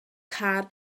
car